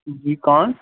جی کون